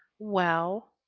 well,